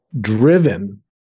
driven